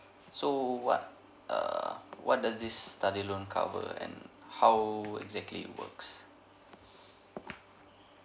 so what err what does this study loan cover and how exactly it works